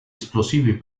esplosivi